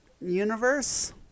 universe